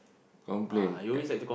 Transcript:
complain at